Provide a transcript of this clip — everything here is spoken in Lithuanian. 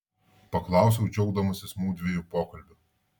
paklausiau džiaugdamasis mudviejų pokalbiu